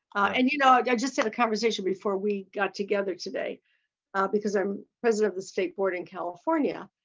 and you know i just had a conversation before we got together today because i'm president of the state board in california.